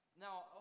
now